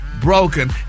broken